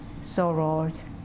sorrows